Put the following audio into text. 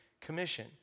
Commission